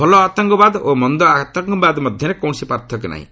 ଭଲ ଆତଙ୍କବାଦ ଓ ମନ୍ଦ ଆତଙ୍କବାଦ ମଧ୍ୟରେ କୌଣସି ପାର୍ଥକ୍ୟ ନାହିଁ